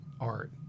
art